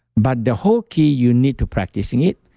but the whole key you need to practicing it.